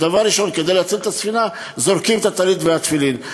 שדבר ראשון כדי להציל את הספינה זורקים את הטלית והתפילין.